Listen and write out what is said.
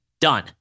Done